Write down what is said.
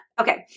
Okay